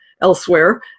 elsewhere